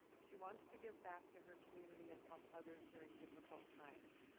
she wants to give back to her community and help others during difficult times.